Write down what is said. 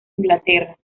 inglaterra